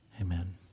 Amen